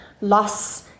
loss